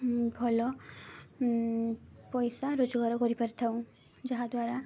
ଭଲ ପଇସା ରୋଜଗାର କରିପାରିଥାଉ ଯାହାଦ୍ୱାରା